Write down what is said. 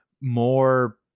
more